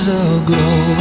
aglow